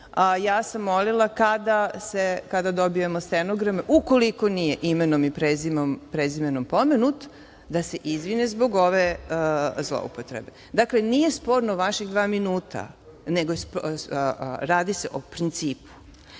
Ja sam molila kada dobijemo stenogram, ukoliko nije imenom i prezimenom pomenut, da se izvine zbog ove zloupotrebe. Dakle, nije sporno vaših dva minuta, nego radi se o principu.